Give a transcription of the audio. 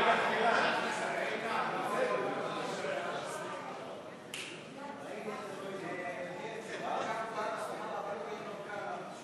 לסעיף 38 לא נתקבלה.